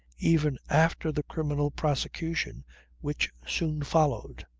even after the criminal prosecution which soon followed.